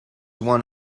one